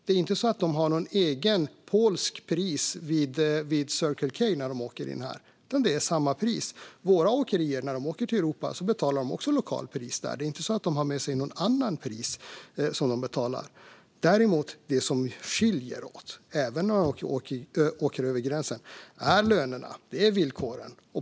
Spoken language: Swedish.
De har inte något eget polskt pris vid Circle K här, utan det är samma pris som gäller. När våra åkerier åker till Europa betalar de också lokalt pris. De har inte med sig något annat pris som de betalar. Det som däremot skiljer sig åt, även när man åker över gränsen, är lönerna och villkoren.